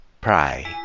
pray